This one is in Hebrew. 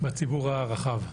בציבור הרחב.